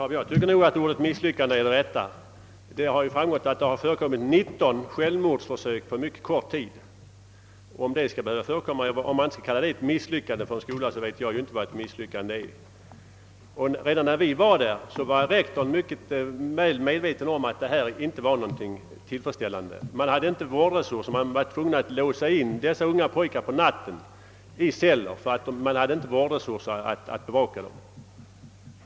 Herr talman! Jag tycker ändå att misslyckande är rätta ordet. Det har ju framkommit att 19 självmordsförsök har förekommit på mycket kort tid, och om man inte kallar det för ett misslyckande för skolan, så vet inte jag vad ett misslyckande är. När vi besökte skolan var rektorn också mycket medveten om att förhållandena inte var tillfredsställande. Man hade inte vårdresurser och var tvungen att låsa in de unga pojkarna på natten i celler, därför att man inte hade någon möjlighet att bevaka dem.